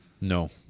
no